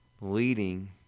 leading